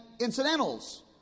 incidentals